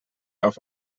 auf